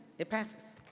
it passes.